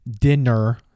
dinner